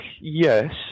yes